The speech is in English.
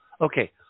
Okay